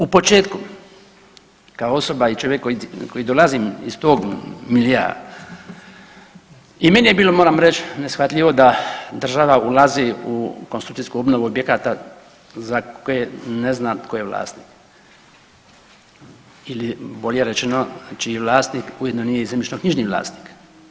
U početku kao osoba i čovjek koji dolazim iz tog miljea i meni je bilo moram reći neshvatljivo da država ulazi u konstrukcijsku obnovu objekata za koje ne zna tko je vlasnik ili bolje rečeno čiji vlasnik ujedno nije i zemljišno-knjižni vlasnik.